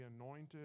anointed